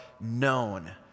known